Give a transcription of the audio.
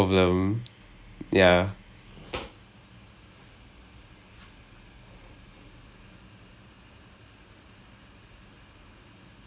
oh ya but niraj just because you start about this topic right உன் உன்:un un calendar eh கொஞ்சம்:koncham free ah வச்சுக்கே:vaichukkae because there's a poem writing workshop coming up soon